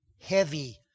heavy